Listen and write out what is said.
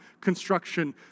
construction